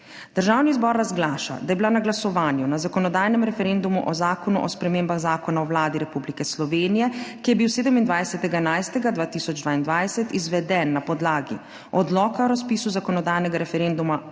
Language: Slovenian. Državni zbor razglaša, da je bila na glasovanju na zakonodajnem referendumu o Zakonu o spremembah Zakona o Vladi Republike Slovenije, ki je bil 27. 11. 2022 izveden na podlagi Odloka o razpisu zakonodajnega referenduma